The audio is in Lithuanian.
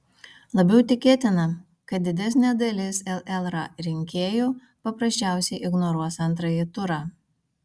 labiau tikėtina kad didesnė dalis llra rinkėjų paprasčiausiai ignoruos antrąjį turą